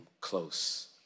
close